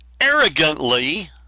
arrogantly